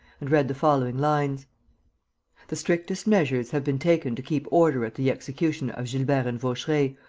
and read the following lines the strictest measures have been taken to keep order at the execution of gilbert and vaucheray,